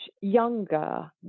younger